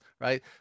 right